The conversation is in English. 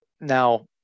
now